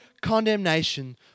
condemnation